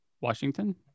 Washington